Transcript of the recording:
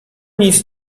nic